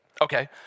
okay